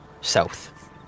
south